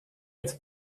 als